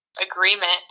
agreement